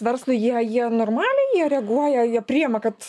verslui jie jie normaliai jie reaguoja jie priėma kad